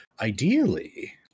ideally